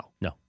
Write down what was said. No